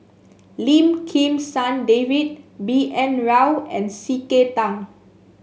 Lim Kim San David B N Rao and C K Tang